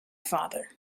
father